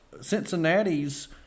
Cincinnati's